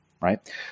right